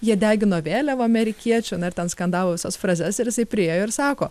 jie degino vėliavą amerikiečių na ir ten skandavo visas frazes ir jisai priėjo ir sako